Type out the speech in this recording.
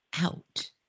out